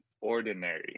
ordinary